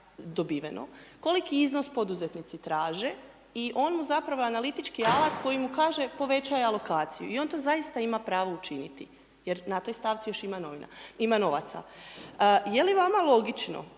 dobiveno, koliki iznos poduzetnici traže i on mu zapravo analitički alat koji mu kaže, povećaj alokaciju. I on to zaista ima pravo učiniti jer na toj stavci još ima novaca. Je li vama logično